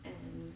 and